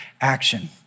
action